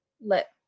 let